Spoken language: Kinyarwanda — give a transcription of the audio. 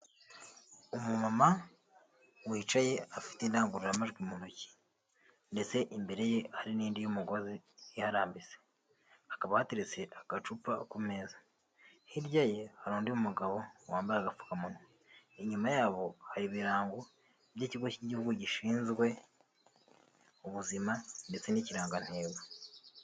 Umumama wicaye afite indangururamajwi mu ntoki ndetse imbere ye hari n'indi y'umugozi iharambitse hakaba hateretse agacupa ku meza hirya ye hari undi mugabo wambaye agapfukamunwa inyuma yabo hari ibirango by'ikigo cy'igihugu gishinzwe ubuzima ndetse n'ikirangantego.